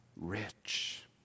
rich